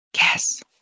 Yes